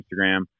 Instagram